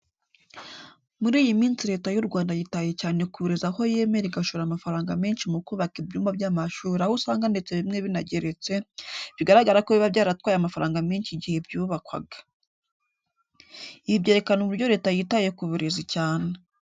Muri iyi minsi Leta y'u Rwanda yitaye cyane ku burezi aho yemera igashora amafaranga menshi mu kubaka ibyumba by'amashuri aho usanga ndetse bimwe binageretse, bigaragara ko biba byaratwaye amafaranga menshi igihe byubakwaga. Ibi byerekana uburyo Leta yitaye ku burezi cyane.